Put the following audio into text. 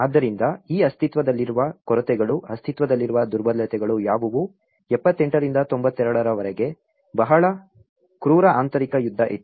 ಆದ್ದರಿಂದ ಈ ಅಸ್ತಿತ್ವದಲ್ಲಿರುವ ಕೊರತೆಗಳು ಅಸ್ತಿತ್ವದಲ್ಲಿರುವ ದುರ್ಬಲತೆಗಳು ಯಾವುವು 78 ರಿಂದ 92 ರವರೆಗೆ ಬಹಳ ಕ್ರೂರಆಂತರೀಕ ಯುದ್ದ ಇತ್ತು